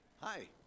Hi